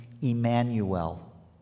Emmanuel